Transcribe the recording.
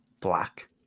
black